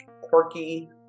quirky